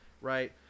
Right